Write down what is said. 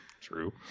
True